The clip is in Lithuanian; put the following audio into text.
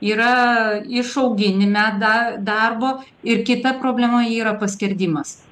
yra išauginime da darbo ir kita problema yra paskerdimas